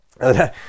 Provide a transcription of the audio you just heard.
okay